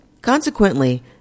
Consequently